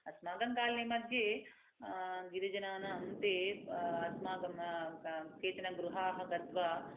अस्माकं काल्नि मध्ये गिरिजनानां ते अस्माकं केचन गृहाः गत्वा